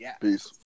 Peace